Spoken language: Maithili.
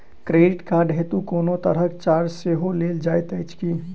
क्रेडिट कार्ड हेतु कोनो तरहक चार्ज सेहो लेल जाइत अछि की?